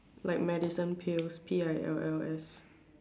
like medicine pills P I L L S